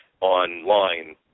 online